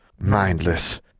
mindless—